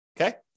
Okay